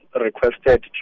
requested